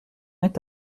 est